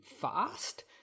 fast